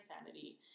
sanity